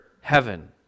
heaven